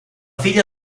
filla